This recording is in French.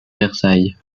versailles